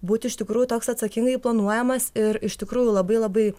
būt iš tikrųjų toks atsakingai planuojamas ir iš tikrųjų labai labai